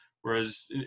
whereas